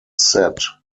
set